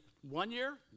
one-year